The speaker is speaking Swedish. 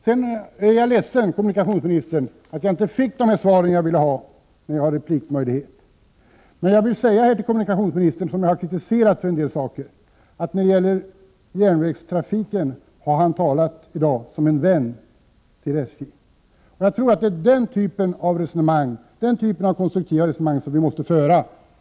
Jag är ledsen att kommunikationsministern inte gav mig de svar jag önskade medan jag har replikmöjlighet, men jag vill säga till kommunika tionsministern, som jag har kritiserat för en del saker, att han när det gäller Prot. 1988/89:30 järnvägstrafiken i dag har talat som en vän till SJ. Det är den sortens 23 november 1988 konstruktiva resonemang vi måste föra.